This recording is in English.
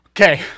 Okay